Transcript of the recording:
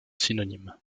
synonymes